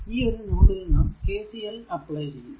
ഈ ഒരു നോഡിൽ നാം KCL അപ്ലൈ ചെയ്യുക